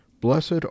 Blessed